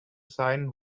sign